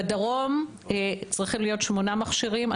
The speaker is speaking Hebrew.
בדרום צריכים להיות שמונה מכשירים.